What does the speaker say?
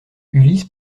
ulysse